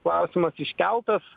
klausimas iškeltas